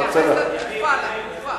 אתה רוצה, תתייחס לתקופה, לתקופה.